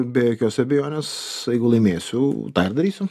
be jokios abejonės jeigu laimėsiu tą ir darysiu